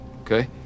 okay